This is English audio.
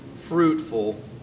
fruitful